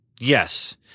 Yes